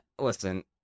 Listen